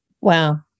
wow